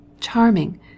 Charming